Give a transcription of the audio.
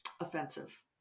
offensive